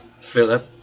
Philip